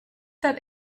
that